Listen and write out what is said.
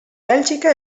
bèlgica